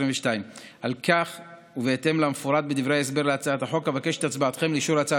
אבקש מחברי הכנסת לתמוך בהצעת החוק להארכת